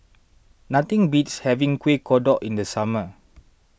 nothing beats having Kuih Kodok in the summer